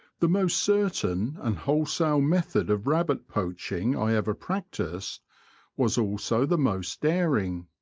the most certain and wholesale method of rabbit poaching i ever practised was also the most daring.